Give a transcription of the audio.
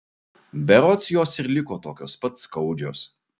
berods jos ir liko tokios pat skaudžios